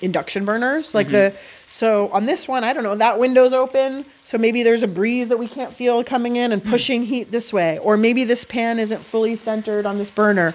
induction burners, like the so on this one i don't know. that window's open, open, so maybe there's a breeze that we can't feel coming in and pushing heat this way. or maybe this pan isn't fully centered on this burner.